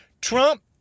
Trump